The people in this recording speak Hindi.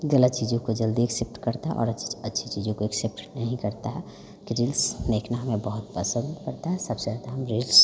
गलत चीज़ों को जल्दी एक्सेप्ट करता है और अच्छी चीज़ों को एक्सेप्ट नहीं करता है कि रील्स देखना हमें बहुत पसंद पड़ता है सबसे ज़्यादा हम रील्स